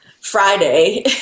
Friday